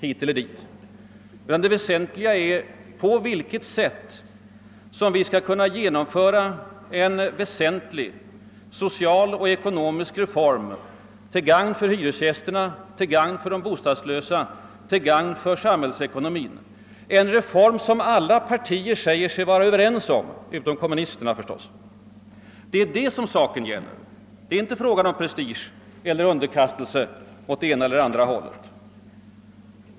Det väsentliga är på vilket sätt vi skall kunna genomföra en betydelsefull social och ekonomisk reform till gagn för hyresgästerna, till gagn för de bostadslösa, till gagn för samhällsekonomin, en reform som alla partier, utom naturligtvis kommunisterna, säger sig vara överens om. Det är det som saken gäller. Det är inte fråga om prestige eller underkastelse på det ena eller andra hållet.